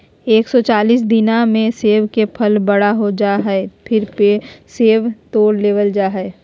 एक सौ चालीस दिना मे सेब के फल बड़ा हो जा हय, फेर सेब तोड़ लेबल जा हय